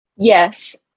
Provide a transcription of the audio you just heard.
Yes